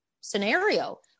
scenario